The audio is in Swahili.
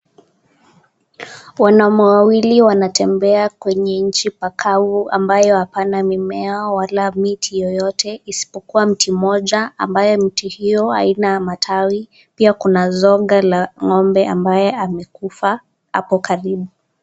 Wanaume wawili wanatembea kwenye nchi pakavu ambayo apana mimea wala miti yeyote, isipokua mti mmoja ambayo hayana matawi pia kuna zoga la ng'ombe ambaye amekufa hapo karibu.